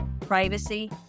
privacy